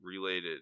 related